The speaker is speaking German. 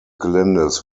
geländes